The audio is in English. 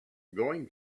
going